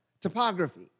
Topography